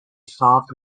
solved